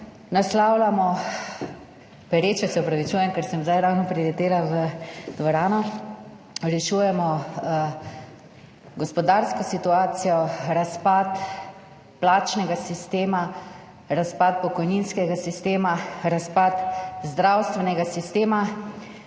naslavljamo pereče … Se opravičujem, ker sem zdaj ravno priletela v dvorano. Rešujemo gospodarsko situacijo, razpad plačnega sistema, razpad pokojninskega sistema, razpad zdravstvenega sistema, h